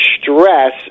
stress